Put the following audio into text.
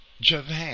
Javan